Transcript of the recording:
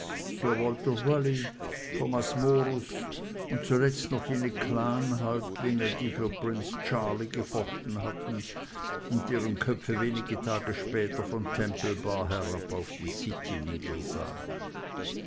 thomas morus und zuletzt noch jene clanhäuptlinge die für prince charlie gefochten hatten und deren köpfe wenige tage später von temple bar herab auf die city niedersahen